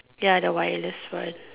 ya the wireless one